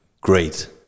great